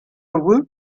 woot